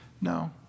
No